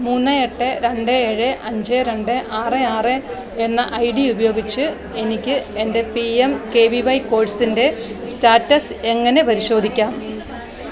മൂന്ന് എട്ട് രണ്ട് ഏഴ് അഞ്ച് രണ്ട് ആറ് ആറ് എന്ന ഐ ഡി ഉപയോഗിച്ച് എനിക്ക് എൻ്റെ P M K V Y കോഴ്സിൻ്റെ സ്റ്റാറ്റസ് എങ്ങനെ പരിശോധിക്കാം